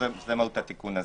זה מהות התיקון.